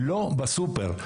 לא בסופר.